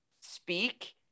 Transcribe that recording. speak